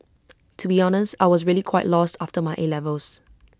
to be honest I was really quite lost after my A levels